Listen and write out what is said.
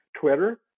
Twitter